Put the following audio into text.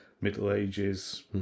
middle-ages